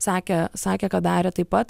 sakė sakė ką darė taip pat